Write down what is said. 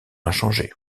inchangé